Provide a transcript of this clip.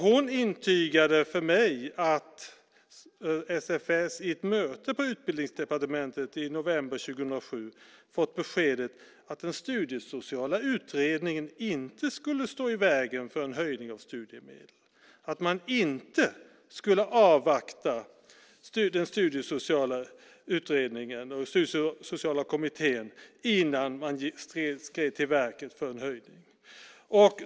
Hon intygade för mig att SFS i ett möte på Utbildningsdepartementet i november 2007 fått beskedet att den studiesociala utredningen inte skulle stå i vägen för en höjning av studiemedlen och att man inte skulle avvakta den studiesociala utredningen, Studiesociala kommittén, innan man skred till verket för en höjning.